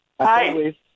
Hi